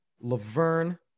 Laverne